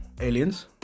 aliens